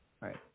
Right